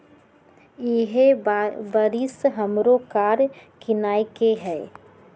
इहे बरिस हमरो कार किनए के हइ